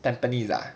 tampines lah